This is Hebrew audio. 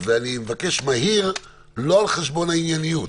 ואני מבקש מהיר לא על חשבון הענייניות,